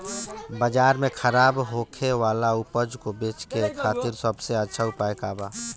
बाजार में खराब होखे वाला उपज को बेचे के खातिर सबसे अच्छा उपाय का बा?